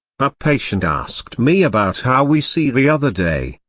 a patient asked me about how we see the other day.